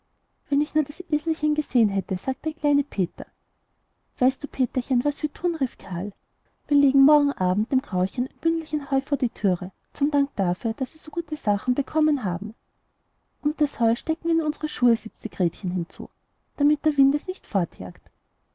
wenn ich nur das eselchen gesehen hätte sagte der kleine peter weißt du peterchen was wir tun rief karl wir legen morgen abend dem grauchen ein bündelchen heu vor die türe zum dank dafür daß wir so gute sachen bekommen haben und das heu stecken wir in unsere schuhe setzte gretchen hinzu damit der wind es nicht fortjagt